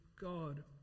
God